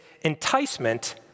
enticement